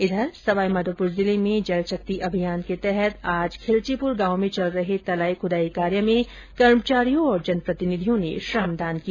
उधर सवाईमाधोपुर जिले में जलशक्ति अभियान के तहत खिल्वीपुर गांव में चल रहे तलाई खुदाई कार्य में आज कर्मचारियों और जनप्रतिनिधियों ने श्रमदान किया